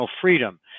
freedom